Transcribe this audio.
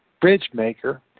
bridge-maker